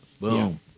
Boom